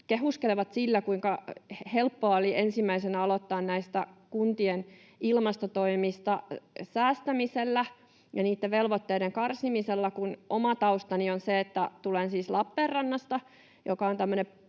kehuskelevat sillä, kuinka helppoa oli ensimmäisenä aloittaa kuntien ilmastotoimista säästämisellä ja niitten velvoitteiden karsimisella, kun oma taustani on se, että tulen siis Lappeenrannasta,